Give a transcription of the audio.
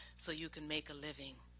so you can make a living.